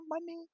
money